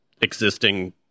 existing